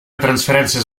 transferències